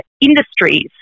industries